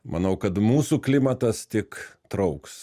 manau kad mūsų klimatas tik trauks